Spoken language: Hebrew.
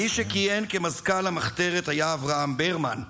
מי שכיהן כמזכ"ל המחתרת היה אברהם ברמן,